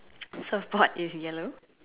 surfboard is yellow